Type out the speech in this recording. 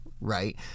right